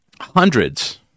hundreds